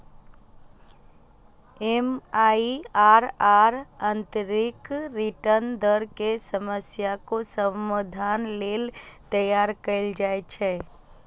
MIRR आंतरिक return दर के समस्याक समाधान लेल तैयार कैल जाइ छै